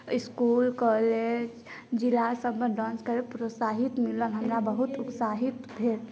school college जिलासभमे dance करै लेल प्रोत्साहित मिलल हमरा बहुत उत्साहित भेल